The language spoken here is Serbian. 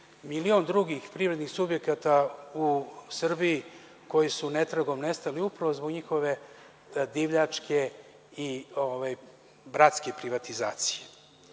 milion drugih privrednih subjekata u Srbiji koji su netragom nestali upravo zbog njihove divljačke i bratske privatizacije. Ono